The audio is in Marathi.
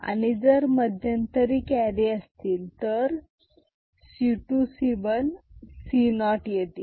आणि जर मध्यंतरी कॅरी असतील तर C 2 C 1 C0 येतील